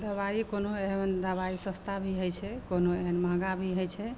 दबाइ कोनो एहन दबाइ सस्ता भी होइ छै कोनो एहन महगा भी होइ छै